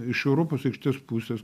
iš europos aikštės pusės